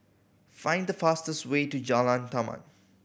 find the fastest way to Jalan Taman